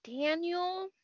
Daniel